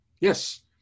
Yes